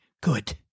good